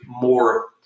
more